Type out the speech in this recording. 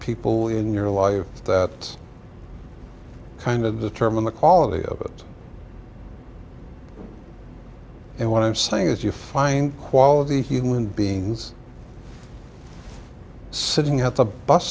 people in your life that kind of determine the quality of it and what i'm saying is you find quality human beings sitting at a bus